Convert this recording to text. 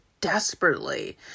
desperately